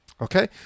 Okay